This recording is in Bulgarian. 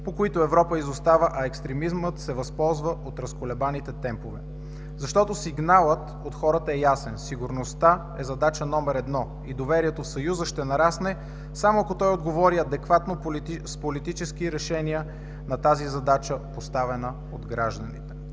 по които Европа изостава, а екстремизмът се възползва от разколебаните темпове. Защото сигналът в хората е ясен – сигурността е задача № 1 и доверието в Съюза ще нарасне, само ако той отговори адекватно с политически решения на тази задача, поставена от гражданите.